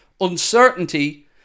uncertainty